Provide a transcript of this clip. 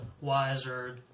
wiser